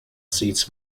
seats